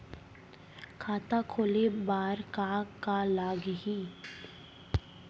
खाता खोले बार का का लागही?